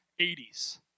80s